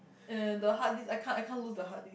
and the hard disk I can't I can't lose the hard disk